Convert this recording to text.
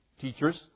Teachers